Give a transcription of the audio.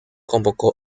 convocó